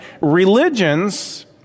Religions